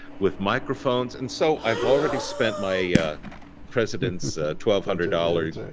with microphones and so i've already spent my yeah president's twelve hundred dollars.